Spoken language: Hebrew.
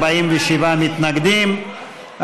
47 מתנגדים,